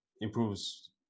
improves